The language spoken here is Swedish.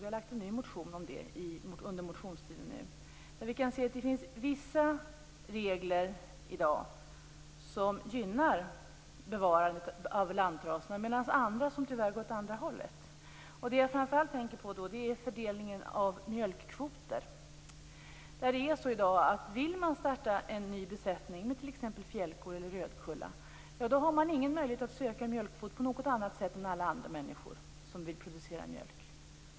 Vi har väckt en ny motion om dem nu under allmänna motionstiden. Det finns vissa regler i dag som gynnar bevarandet av lantraserna, medan andra tyvärr går åt det andra hållet. Det jag då framför allt tänker på är fördelningen av mjölkkvoter. I dag är det så att om man vill starta en ny besättning med t.ex. fjällkor eller rödkulla, har man ingen möjlighet att söka mjölkkvot på något annat sätt än alla andra människor som vill producera mjölk.